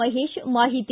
ಮಹೇಶ್ ಮಾಹಿತಿ